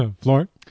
Florent